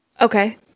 Okay